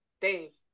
Dave